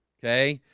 okay,